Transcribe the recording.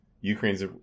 Ukraine's